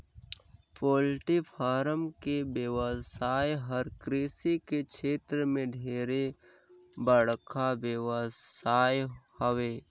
poultry farm के बेवसाय हर कृषि के छेत्र में ढेरे बड़खा बेवसाय हवे